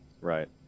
Right